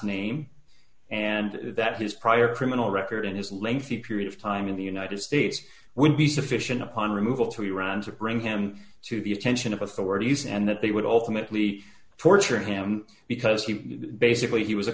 name and that his prior criminal record and his lengthy period of time in the united states would be sufficient upon removal to run to bring him to the attention of authorities and that they would ultimately torture him because he basically he was a